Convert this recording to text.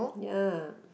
ya